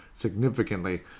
significantly